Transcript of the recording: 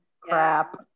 crap